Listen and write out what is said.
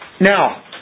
Now